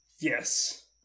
Yes